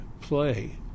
play